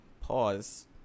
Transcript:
Pause